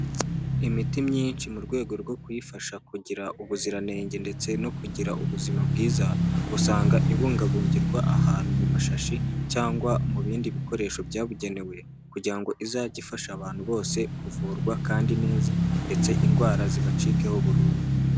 Imiti myinshi mu rwego rwo kuyifasha kugira ubuziranenge ndetse no kugira ubuzima bwiza, usanga ibungabungirwa ahantu mu mashashi cyangwa mu bindi bikoresho byabugenewe kugira ngo izajye ifasha abantu bose kuvurwa kandi neza ndetse indwara zibacikeho burundu.